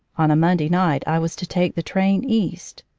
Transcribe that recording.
on a monday night i was to take the train east.